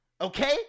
Okay